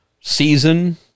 season